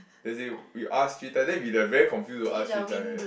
then you say you ask three then we very confused about ask three time eh